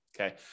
okay